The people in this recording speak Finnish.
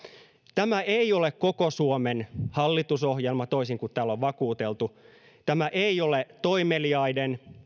tämä ei ole koko suomen hallitusohjelma toisin kuin täällä on vakuuteltu tämä ei ole toimeliaiden